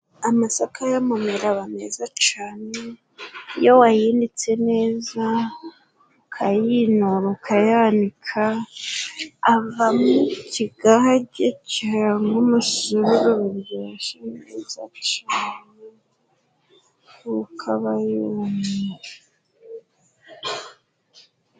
Amasaka y'amamera aba meza cane. Iyo wayinitse neza, ukayinura, ukayanika, avamo ikigage cyangwa umusururu biryoshye cyane kuko aba yumye.